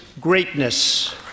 greatness